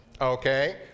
Okay